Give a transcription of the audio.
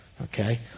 Okay